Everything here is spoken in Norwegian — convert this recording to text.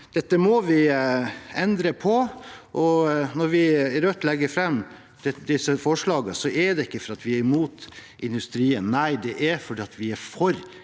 Dette må vi endre på. Når vi i Rødt legger fram disse forslagene, er det ikke fordi vi er imot industrien. Det er fordi vi er for